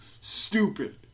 Stupid